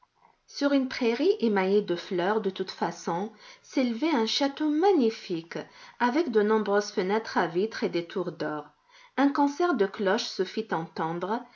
sur une prairie émaillée de fleurs de toute façon s'élevait un château magnifique avec de nombreuses fenêtres à vitres et des tours d'or un concert de cloches se fit entendre